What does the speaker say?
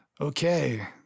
okay